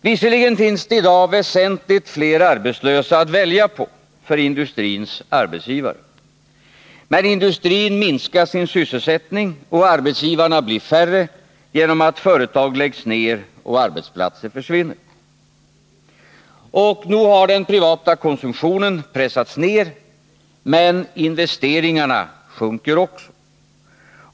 Visserligen finns det i dag väsentligt flera arbetslösa att välja på för industrins arbetsgivare, men industrin minskar sin sysselsättning, och arbetsgivarna blir färre genom att företag läggs ner och arbetsplatser försvinner. Och nog har den privata konsumtionen pressats ner, men investeringarna sjunker också.